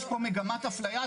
יש פה מגמת אפליה,